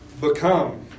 become